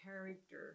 character